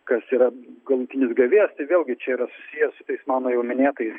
kas yra galutinis gavėjas tai vėlgi čia yra susiję su tais mano jau minėtais